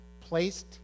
placed